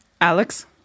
Alex